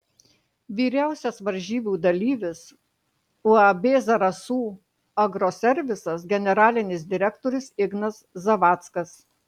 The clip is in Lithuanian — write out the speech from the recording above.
vyriausias varžybų dalyvis uab zarasų agroservisas generalinis direktorius ignas zavackas